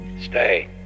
Stay